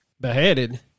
Beheaded